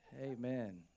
Amen